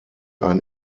ein